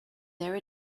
there